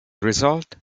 result